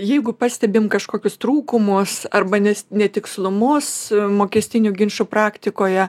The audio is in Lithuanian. jeigu pastebim kažkokius trūkumus arba nes netikslumus mokestinių ginčų praktikoje